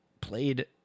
played